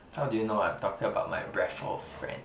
how do you know I'm talking about my Raffles friend